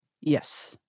Yes